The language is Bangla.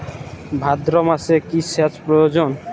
ভাদ্রমাসে কি সেচ প্রয়োজন?